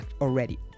already